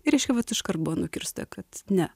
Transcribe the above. reiškia vat iškart buvo nukirsta kad ne